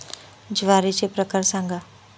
ज्वारीचे प्रकार सांगा